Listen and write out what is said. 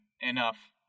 enough